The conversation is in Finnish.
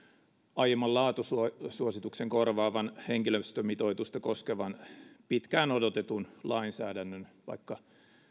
aiemman laatusuosituksen korvaavan henkilöstömitoitusta koskevan pitkään odotetun lainsäädännön vaikka